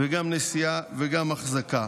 גם נשיאה וגם אחזקה.